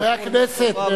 חברי הכנסת,